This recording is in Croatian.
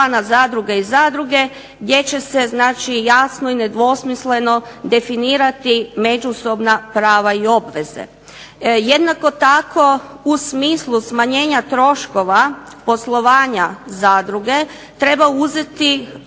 zadruge i zadruge gdje će se jasno i nedvosmisleno definirati međusobna prava i obveze. Jednako tako u smislu smanjenja troškova poslovanja zadruge, treba uzeti u